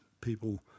people